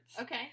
okay